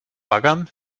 baggern